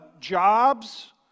Jobs